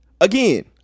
Again